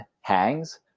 hangs